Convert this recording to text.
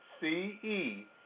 C-E